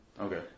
okay